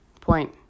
Point